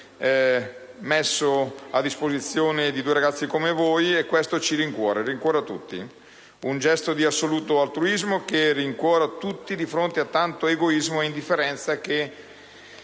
messo a disposizione di due ragazzi come voi e questo rincuora tutti: un gesto di assoluto altruismo che rincuora tutti di fronte a tanto egoismo e indifferenza che